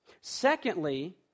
Secondly